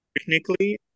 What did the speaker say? Technically